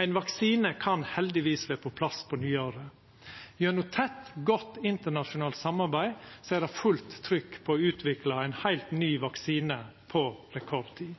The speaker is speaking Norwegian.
Ein vaksine kan heldigvis vera på plass på nyåret. Gjennom tett, godt internasjonalt samarbeid er det fullt trykk på å utvikla ein heilt ny vaksine på rekordtid.